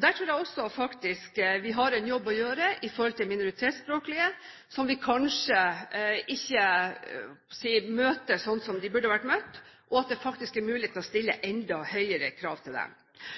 Der tror jeg vi har en jobb å gjøre overfor de minoritetsspråklige som vi kanskje ikke møter slik de burde ha vært møtt, og at det faktisk er mulig å stille enda høyere krav til dem.